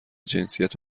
جنسیت